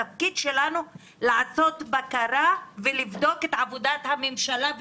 התפקיד שלנו הוא לעשות בקרה ולבדוק את עבודת הממשלה,